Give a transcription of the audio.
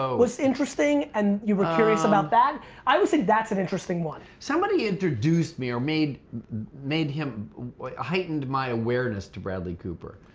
what's interesting and you were curious about that i would say that's an interesting one. somebody introduced me or made made him heightened my awareness to bradley cooper.